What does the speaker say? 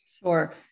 Sure